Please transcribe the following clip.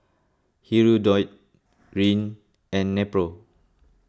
Hirudoid Rene and Nepro